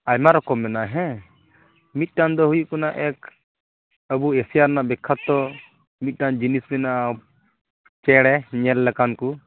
ᱟᱭᱢᱟ ᱨᱚᱠᱚᱢ ᱢᱮᱱᱟᱜᱼᱟ ᱦᱮᱸ ᱢᱤᱫᱴᱟᱝ ᱫᱚ ᱦᱩᱭᱩᱜ ᱠᱟᱱᱟ ᱮᱠ ᱟᱵᱚ ᱮᱥᱤᱭᱟ ᱨᱮᱱᱟᱜ ᱵᱤᱠᱽᱠᱷᱟᱛᱚ ᱢᱤᱫᱴᱟᱝ ᱡᱤᱱᱤᱥ ᱢᱮᱱᱟᱜᱼᱟ ᱪᱮᱬᱮ ᱧᱮᱞ ᱞᱮᱠᱟᱱ ᱠᱚ